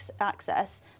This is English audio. access